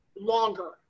longer